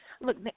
look